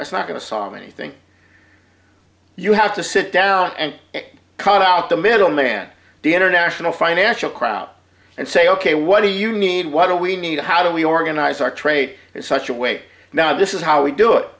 that's not going to solve anything you have to sit down and cut out the middleman the international financial crowd and say ok what do you need why do we need to how do we organize our trade is such a way now this is how we do it